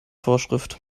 vorschrift